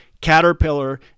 caterpillar